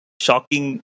shocking